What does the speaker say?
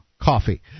coffee